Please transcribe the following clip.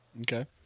Okay